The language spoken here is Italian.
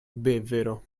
bevvero